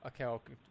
okay